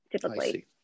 typically